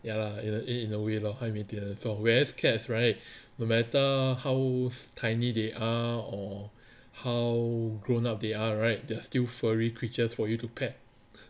ya lah in a in a way lor high maintenance whereas cats right no matter how tiny they are or how grown up they are right they are still furry creatures for you to pet